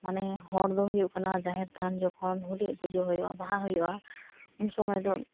ᱢᱟᱱᱮ ᱦᱚᱲ ᱫᱚ ᱦᱩᱭᱩᱜ ᱠᱟᱱᱟ ᱡᱟᱦᱮᱨ ᱛᱷᱟᱱ ᱡᱚᱠᱷᱚᱱ ᱦᱩᱰᱤ ᱯᱩᱡᱟᱹ ᱦᱩᱭᱩᱜᱼᱟ ᱵᱟᱦᱟ ᱦᱩᱭᱩᱜᱼᱟ ᱩᱱ ᱥᱚᱢᱚᱭ ᱫᱚ